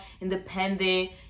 independent